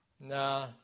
Nah